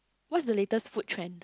what's the latest food trend